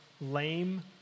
lame